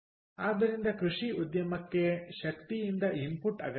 ಆದ್ದರಿಂದ ಕೃಷಿ ಉದ್ಯಮಕ್ಕೆ ಶಕ್ತಿಯಿಂದ ಇನ್ಪುಟ್ ಅಗತ್ಯವಿದೆ